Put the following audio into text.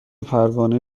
پروانه